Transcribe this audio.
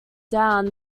down